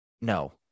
no